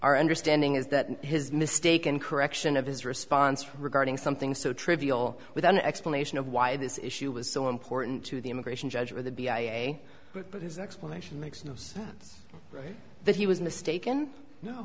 our understanding is that his mistaken correction of his response regarding something so trivial with an explanation of why this issue was so important to the immigration judge or the b i a but his explanation makes no sense that he was mistaken